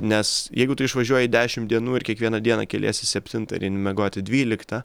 nes jeigu tu išvažiuoji dešimt dienų ir kiekvieną dieną keliesi septintą ir eini miegoti dvyliktą